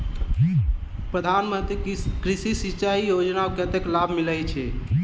प्रधान मंत्री कृषि सिंचाई योजना मे कतेक लाभ मिलय छै?